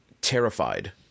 terrified